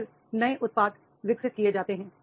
फिर नए उत्पाद विकसित किए जाते हैं